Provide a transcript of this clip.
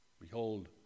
Behold